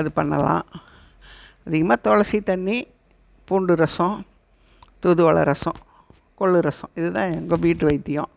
அது பண்ணலாம் அதிகமாக துளசித் தண்ணி பூண்டு ரசம் தூதுவளை ரசம் கொள்ளு ரசம் இதுதான் எங்கள் வீட்டு வைத்தியம்